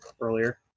earlier